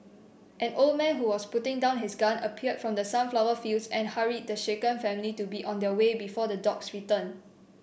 an old man who was putting down his gun appeared from the sunflower fields and hurried the shaken family to be on their way before the dogs return